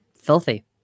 Filthy